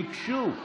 ביקשו.